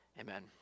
Amen